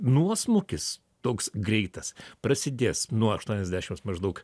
nuosmukis toks greitas prasidės nuo aštuoniasdešims maždaug